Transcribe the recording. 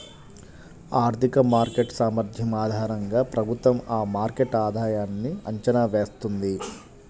ఆర్థిక మార్కెట్ సామర్థ్యం ఆధారంగా ప్రభుత్వం ఆ మార్కెట్ ఆధాయన్ని అంచనా వేస్తుంది